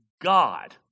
god